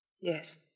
Yes